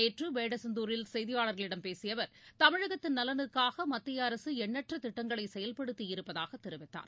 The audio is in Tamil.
நேற்று வேடச்சந்தூரில் செய்தியாளர்களிடம் பேசிய அவர் தமிழகத்தின் நலனுக்காக மத்திய அரசு எண்ணற்ற திட்டங்களை செயல்படுத்தியிருப்பதாக தெரிவித்தார்